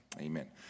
amen